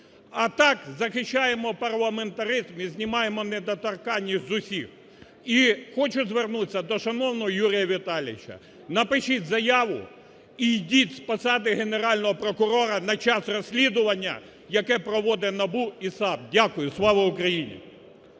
А так, захищаємо парламентаризм і знімаємо недоторканність з усіх. І хочу звернутись до шановного Юрія Віталійовича, напишіть заяву і йдіть з посади Генерального прокурора на час розслідування, яке проводить НАБУ і САП. Дякую. Слава Україні!